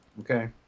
okay